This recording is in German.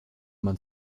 man